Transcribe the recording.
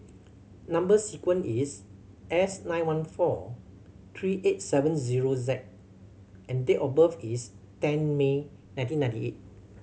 number sequence is S nine one four three eight seven zero Z and date of birth is ten May nineteen ninety eight